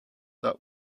that